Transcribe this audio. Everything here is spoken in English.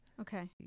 Okay